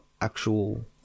actual